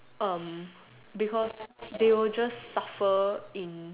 um because they will just suffer in